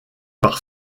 par